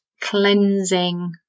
cleansing